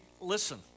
listen